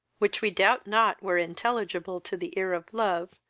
which we doubt not were intelligible to the ear of love,